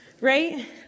right